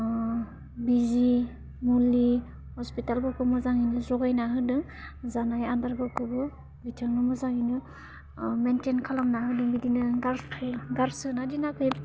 बिजि मुलि हस्पिटालफोरखौ मोजाङैनो जगायना होदों जानाय आदारफोरखौबो बिथांनो मोजाङैनो मेन्टेन खालामनानै बिदिनो गारसो गारसोना दोनाखै